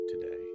today